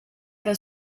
dal